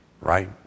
right